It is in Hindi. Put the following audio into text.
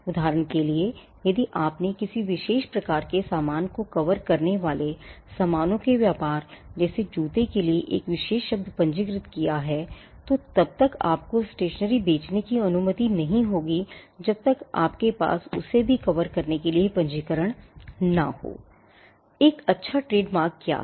उदाहरण के लिए यदि आपने किसी विशेष प्रकार के सामान को कवर करने वाले सामानों के व्यापार जैसे जूते के लिए एक विशेष शब्द पंजीकृत किया हैतो तब तक आपको stationery बेचने की अनुमति नहीं होगीजब तक आपके पास उसे भी कवर करने के लिए पंजीकरण न होI एक अच्छा ट्रेडमार्क क्या है